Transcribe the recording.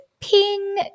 ping